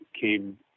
came